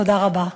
תודה רבה.